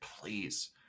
please